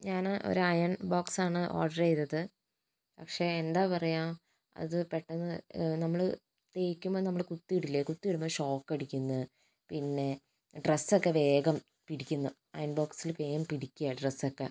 ഞാന് ഒര് iron box ആണ് ഓഡറ് ചെയ്തത് പക്ഷേ എന്താ പറയാ അത് പെട്ടെന്ന് നമ്മള് തേയ്ക്കുമ്പോ നമ്മള് കുത്തി ഇടില്ലേ കുത്തി ഇടുമ്പോ ഷോക്ക് അടിക്കന്ന് പിന്നെ ഡ്രസ്സ് ഒക്കെ വേഗം പിടിക്കന്ന് അയർൺ ബോക്സില് വേഗം പിടിയ്ക്ക ഡ്രസ്സക്കെ